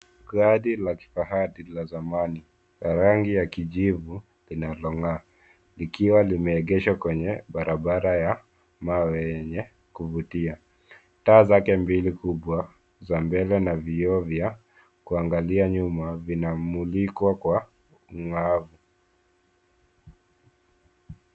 Gari la kifahari la zamani la rangi ya kijivu inalong'aa likiwa limeegeshwa kwenye barabara ya mawe yenye kuvutia. Taa zake mbili kubwa za mbele na vioo vya kuangalia nyuma vinamulikwa kwa ung'aavu.